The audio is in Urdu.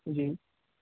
جی